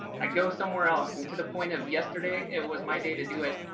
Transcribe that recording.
i go somewhere else. and to the point of yesterday, it was my day to do it.